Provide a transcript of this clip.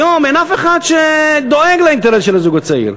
היום אין אף אחד שדואג לאינטרס של הזוג הצעיר.